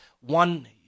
one